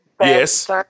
yes